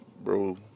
bro